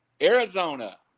Arizona